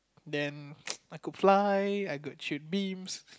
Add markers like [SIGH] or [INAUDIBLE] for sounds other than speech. then [NOISE] I could fly I could shoot beams